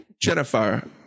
jennifer